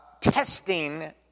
testing